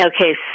Okay